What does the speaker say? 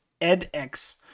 edX